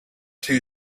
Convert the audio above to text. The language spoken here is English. two